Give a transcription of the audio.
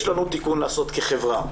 יש לנו תיקון לעשות כחברה,